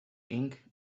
ink